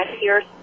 years